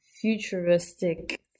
futuristic